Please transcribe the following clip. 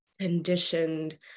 conditioned